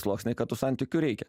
sluoksniai kad tų santykių reikia